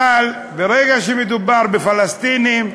אבל ברגע שמדובר בפלסטינים,